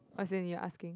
as in you're asking